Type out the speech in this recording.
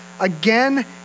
again